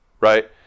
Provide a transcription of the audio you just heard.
right